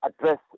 address